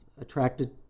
attracted